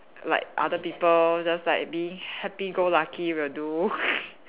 like other people just like being happy go lucky will do